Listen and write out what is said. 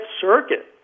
Circuit